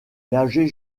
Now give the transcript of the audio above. nager